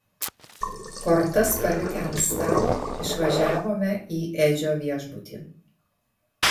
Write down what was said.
kortas palikę ant stalo išvažiavome į edžio viešbutį